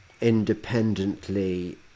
independently